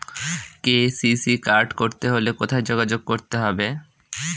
KCC card করতে হলে কোথায় যোগাযোগ করতে হবে?